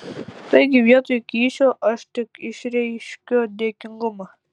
taigi vietoj kyšio aš tik išreikšiu dėkingumą